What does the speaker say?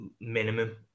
minimum